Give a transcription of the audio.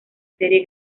serie